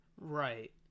Right